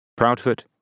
Proudfoot